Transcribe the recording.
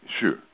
Sure